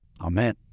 Amen